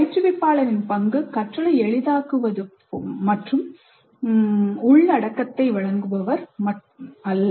பயிற்றுவிப்பாளரின் பங்கு கற்றலை எளிதாக்குவது மற்றும் உள்ளடக்கத்தை வழங்குபவர் அல்ல